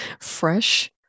Fresh